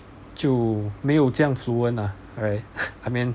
就没有这样 fluent lah right I mean